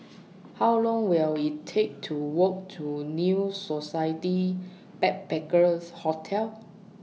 How Long Will IT Take to Walk to New Society Backpackers' Hotel